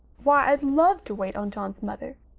why, i'd love to wait on john's mother!